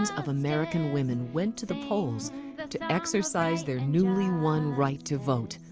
of american women went to the polls to exercise their newly won right to vote.